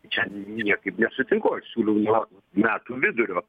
čia niekaip nesutinku aš siūliau nuo metų vidurio